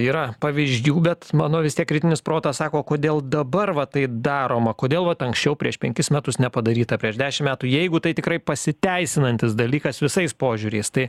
yra pavyzdžių bet mano vis tiek kritinis protas sako kodėl dabar va taip daroma kodėl vat anksčiau prieš penkis metus nepadaryta prieš dešimt metų jeigu tai tikrai pasiteisinantis dalykas visais požiūriais tai